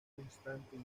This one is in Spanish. constante